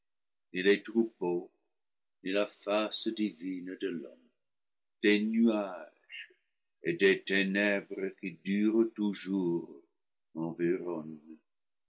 les troupeaux ni la face divine de l'homme des nuages et des ténèbres qui durent toujours